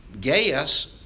Gaius